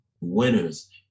winners